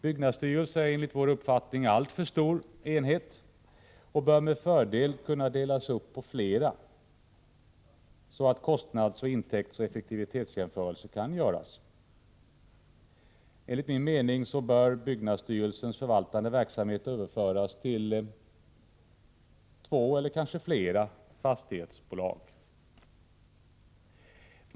Byggnadsstyrelsen är enligt vår uppfattning en alltför stor enhet och bör med fördel kunna delas upp på flera enheter, så att kostnads-, intäktsoch effektivitetsjämförelser kan göras. Enligt min mening bör byggnadsstyrelsens förvaltande verksamhet överföras på två eller kanske flera fastighetsbolag.